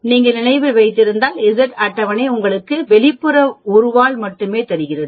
நீங்கள் நினைவில் வைத்திருந்தால் இசட் அட்டவணை உங்களுக்கு வெளிப்புற ஒரு வால் மட்டுமே தருகிறது